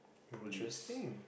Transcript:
interesting